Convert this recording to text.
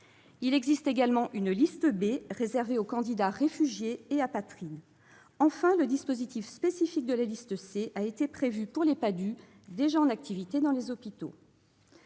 Il existe également une liste B, réservée aux candidats réfugiés et apatrides. Enfin, le dispositif spécifique de la liste C a été prévu pour les PADHUE déjà en activité dans les hôpitaux.